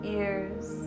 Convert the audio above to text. ears